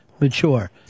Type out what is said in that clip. mature